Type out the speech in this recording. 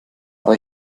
aber